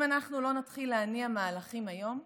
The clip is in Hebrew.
אם אנחנו לא נתחיל להניע מהלכים היום,